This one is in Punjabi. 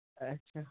ਅੱਛਾ